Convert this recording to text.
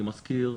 אני מזכיר,